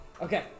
okay